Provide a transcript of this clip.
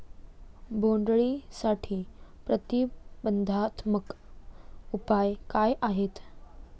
बोंडअळीसाठी प्रतिबंधात्मक उपाय काय आहेत?